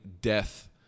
death